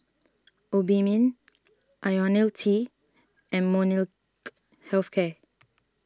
Obimin Ionil T and Molnylcke Health Care